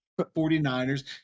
49ers